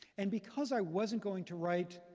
and because i wasn't going to write